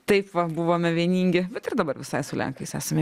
taip va buvome vieningi bet ir dabar visai su lenkais esame